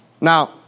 Now